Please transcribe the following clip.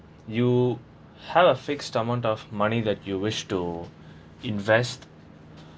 you have a fixed amount of money that you wish to invest